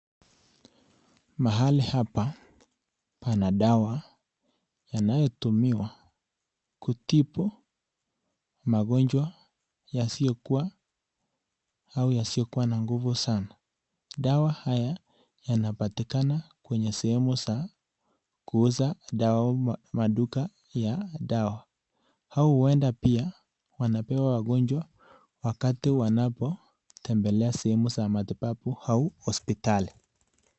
Mahali hapa pana dawa yanayotumiwa kutibu magonjwa yasiyokuwa au yasiyokuwa na nguvu sana. Dawa haya yanapatikana kwenye sehemu za kuuza dawa - maduka ya dawa au huenda pia, wanapewa wagonjwa wakati wanapotembela sehemu za matibabu au hospitali.